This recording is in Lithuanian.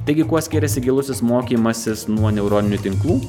taigi kuo skiriasi gilusis mokymasis nuo neuroninių tinklų